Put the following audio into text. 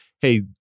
hey